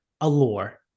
allure